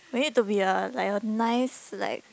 we need to be a like a nice like